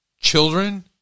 children